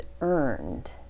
earned